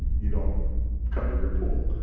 you don't cover your pool,